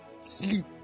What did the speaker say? sleep